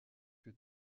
que